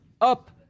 up